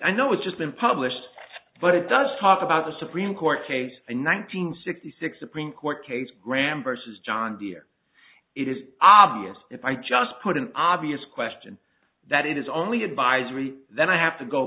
i know it's just been published but it does talk about a supreme court case and one nine hundred sixty six supreme court case graham versus john deere it is obvious if i just put an obvious question that it is only advisory then i have to go